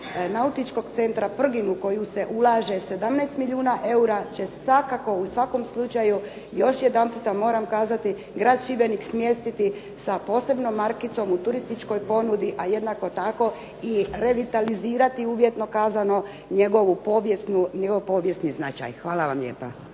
Nautičkog centra Prgin u koju se ulaže 17 milijuna eura će svakako u svakom slučaju, još jedanputa moram kazati, grad Šibenik smjestiti sa posebnom markicom u turističkoj ponudi, a jednako tako i revitalizirati uvjetno kazano njegov povijesni značaj. Hvala vam lijepa.